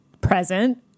present